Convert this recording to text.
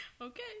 Okay